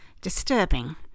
disturbing